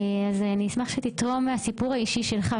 אז אשמח שתתרום מהסיפור האישי שלך,